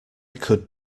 could